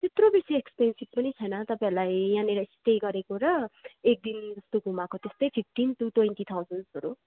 त्यत्रो बेसी एक्सपेन्सिभ पनि छैन तपाईँहरूलाई यहाँनेर स्टे गरेको र एक दिन जस्तो घुमाएको त्यस्तै फिफ्टिन टु ट्वेन्टी थाउजन्ड्सहरू